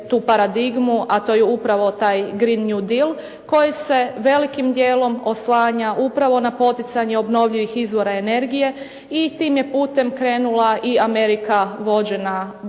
tu paradigmu a to je upravo taj "Green new deal" koji se velikim dijelom oslanja upravo na poticanje obnovljivih izvora energije i tim je putem krenula i Amerika vođena Barackom